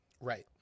Right